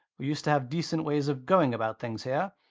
we used to have decent ways of going about things here.